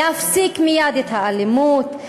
להפסיק מייד את האלימות,